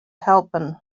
helpen